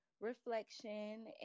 reflection